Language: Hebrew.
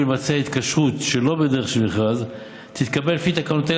לבצע התקשרות שלא בדרך של מכרז תתקבל לפי תקנות אלה